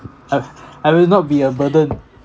uh I will not be a burden